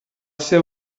ser